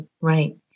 Right